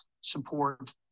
support